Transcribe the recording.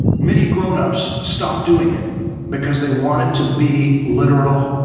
many grown-ups stop doing it because they want it to be literal,